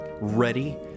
ready